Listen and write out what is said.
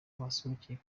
wahasohokeye